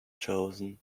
chosen